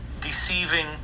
deceiving